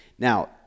Now